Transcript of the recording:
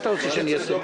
מה אתה רוצה שאני אעשה?